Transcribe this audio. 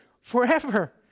Forever